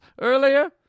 earlier